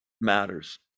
matters